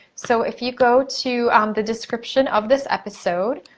so, if you go to the description of this episode,